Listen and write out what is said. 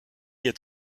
est